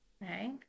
right